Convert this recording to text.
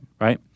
right